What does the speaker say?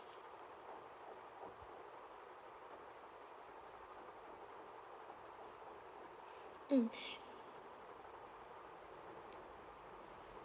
mm